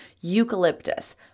eucalyptus